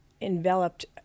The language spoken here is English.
enveloped